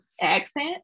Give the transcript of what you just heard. accent